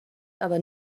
aber